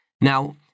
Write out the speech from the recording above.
Now